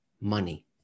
money